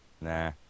Nah